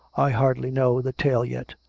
i hardly know the tale yet.